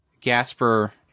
Gasper